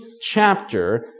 chapter